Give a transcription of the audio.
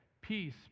peace